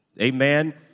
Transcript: Amen